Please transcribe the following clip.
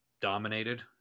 dominated